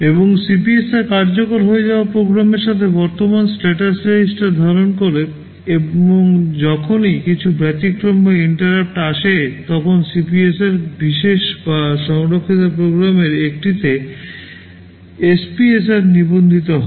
এবং CPSR কার্যকর হয়ে যাওয়া প্রোগ্রামের সাথে বর্তমান স্ট্যাটাস রেজিস্ট্রার ধারণ করে এবং যখনই কিছু ব্যতিক্রম বা INTERRUPT আসে তখন CPSR বিশেষ বা সংরক্ষিত প্রোগ্রামের একটিতে SPSR নিবন্ধিত হয়